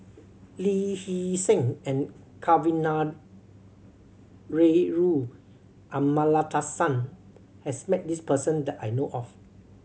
Lee Hee Seng and Kavignareru Amallathasan has met this person that I know of